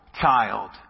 child